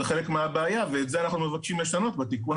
זה חלק מהבעיה ואת זה אנחנו מבקשים לשנות בתיקון הנוכחי.